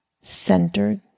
centered